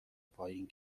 پایین